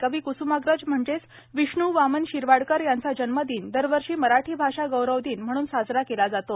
कवी क्स्माग्रज म्हणजेच विष्णू वामन शिरवाडकर यांचा जन्मदिन दरवर्षी मराठी भाषा गौरव दिन म्हणून साजरा केला जातो